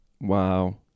Wow